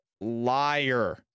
liar